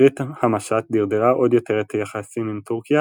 תקרית המשט דרדרה עוד יותר את היחסים עם טורקיה,